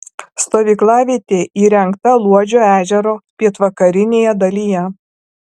stovyklavietė įrengta luodžio ežero pietvakarinėje dalyje